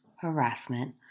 harassment